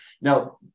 now